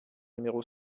numéro